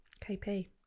kp